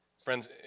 Friends